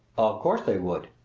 of course they would,